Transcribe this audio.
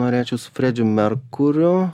norėčiau su fredžiu merkuriu